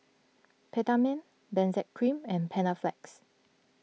Peptamen Benzac Cream and Panaflex